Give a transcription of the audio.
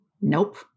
Nope